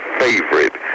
favorite